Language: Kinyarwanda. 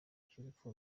cy’urupfu